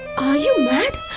are you mad?